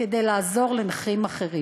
כדי לעזור לנכים אחרים.